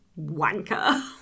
wanker